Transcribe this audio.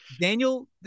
daniel